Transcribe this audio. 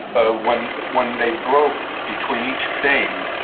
ah when when they broke between each scene,